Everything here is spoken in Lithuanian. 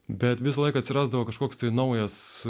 bet visąlaik atsirasdavo kažkoks tai naujas